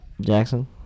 Jackson